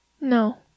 No